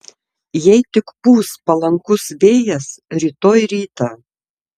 jei tik pūs palankus vėjas rytoj rytą